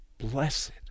Blessed